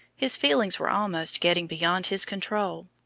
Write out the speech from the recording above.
his feelings were almost getting beyond his control.